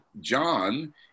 John